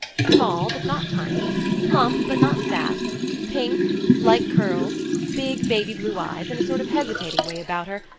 small, but not tiny plump, but not fat pink, light curls, big baby blue eyes and a sort of hesitating way about her,